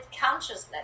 consciousness